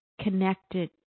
connected